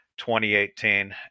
2018